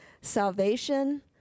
Salvation